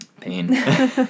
pain